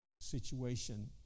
situation